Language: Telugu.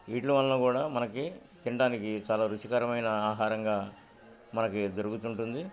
వీట్ల వలన కూడా మనకి తిడానికి చాలా రుచికరమైన ఆహారంగా మనకి దొరుకుతుంటుంది